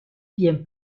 bien